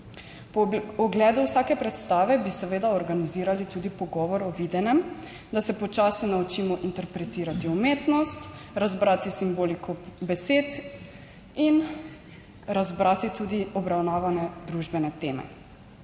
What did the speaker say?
Po ogledu vsake predstave bi seveda organizirali tudi pogovor o videnem, da se počasi naučimo interpretirati umetnost, razbrati simboliko besed in razbrati tudi obravnavane družbene teme.